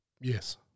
Yes